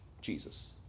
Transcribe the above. Jesus